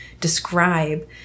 describe